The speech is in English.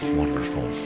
wonderful